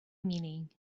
meaning